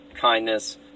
kindness